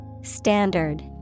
Standard